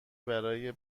برای